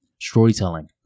storytelling